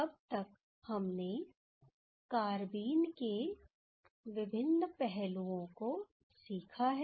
अब तक हमने कारबीन के विभिन्न पहलुओं को सीखा है